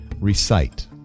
recite